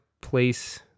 place